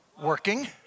working